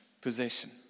possession